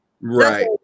Right